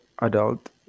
adult